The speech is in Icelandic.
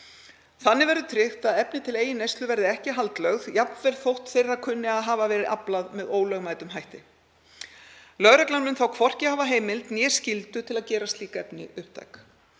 Þannig verði tryggt að efni til eigin neyslu verði ekki haldlögð jafnvel þótt þeirra kunni að hafa verið aflað með ólögmætum hætti. Lögreglan mun þá hvorki hafa heimild né skyldu til að gera slík efni upptæk.